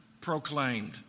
proclaimed